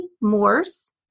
Morse